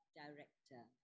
director